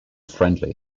friendly